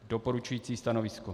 Doporučující stanovisko.